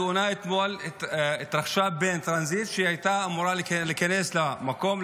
התאונה אתמול התרחשה בין טרנזיט שהיה אמור להיכנס למקום,